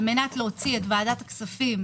על-מנת להוציא את ועדת הכספים